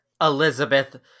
elizabeth